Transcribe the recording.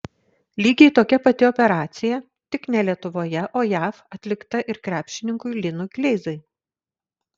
lygiai tokia pati operacija tik ne lietuvoje o jav atlikta ir krepšininkui linui kleizai